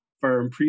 firm